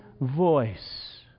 voice